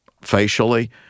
facially